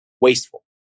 wasteful